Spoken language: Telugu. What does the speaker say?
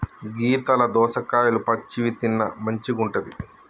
గీతల దోసకాయలు పచ్చివి తిన్న మంచిగుంటది